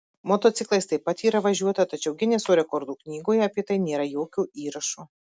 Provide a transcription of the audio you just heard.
motociklais taip pat yra važiuota tačiau gineso rekordų knygoje apie tai nėra jokio įrašo